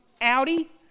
Audi